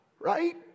right